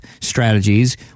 strategies